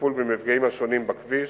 לטיפול במפגעים השונים בכביש,